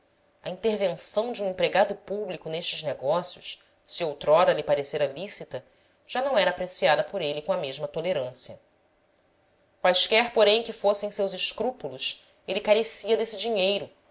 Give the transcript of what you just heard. a intervenção de um empregado público nestes negócios se outrora lhe parecera lícita já não era apreciada por ele com a mesma tolerância quaisquer porém que fossem seus escrúpulos ele carecia desse dinheiro